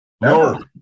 No